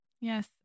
yes